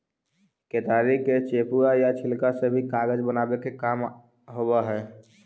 केतारी के चेपुआ या छिलका से भी कागज बनावे के काम होवऽ हई